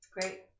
Great